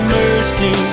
mercy